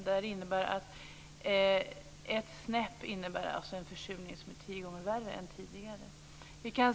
Det betyder att ett snäpp innebär en försurning som är tio gånger värre än tidigare.